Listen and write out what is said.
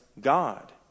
God